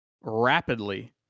Rapidly